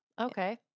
Okay